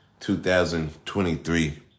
2023